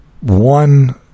one